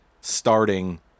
starting